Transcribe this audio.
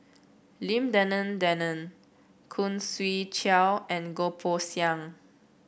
Lim Denan Denon Khoo Swee Chiow and Goh Poh Seng